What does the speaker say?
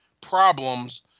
problems